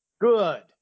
Good